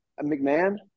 McMahon